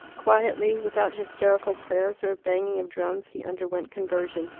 quietly, without hysterical prayers or banging of drums, he underwent conversion.